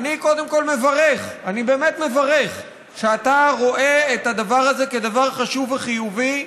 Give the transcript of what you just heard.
אני באמת מברך שאתה רואה את הדבר הזה כדבר חשוב וחיובי,